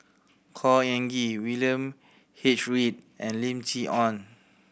Khor Ean Ghee William H Read and Lim Chee Onn